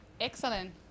Excellent